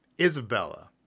Isabella